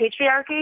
patriarchy